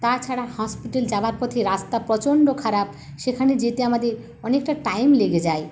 তাছাড়া হসপিটাল যাওয়ার পথে রাস্তা প্রচণ্ড খারাপ সেখানে যেতে আমাদের অনেকটা টাইম লেগে যায়